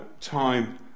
time